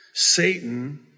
Satan